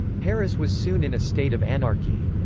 paris was soon in a state of anarchy.